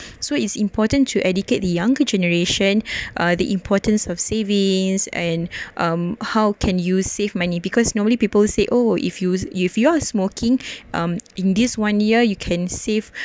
so it's important to educate the younger generation uh the importance of savings and um how can you save money because normally people say oh if you're if you're smoking in this one year you can save